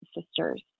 sisters